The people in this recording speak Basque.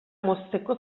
mozteko